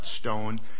stone